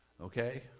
okay